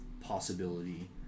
possibility